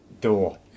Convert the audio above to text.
door